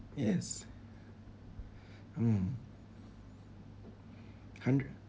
yes mm hundred